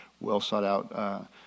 well-sought-out